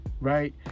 right